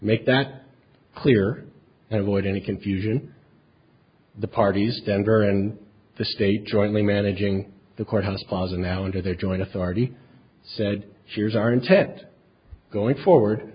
make that clear and avoid any confusion the parties denver and the state jointly managing the courthouse plaza now under their joint authority said here's our intent going forward